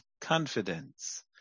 confidence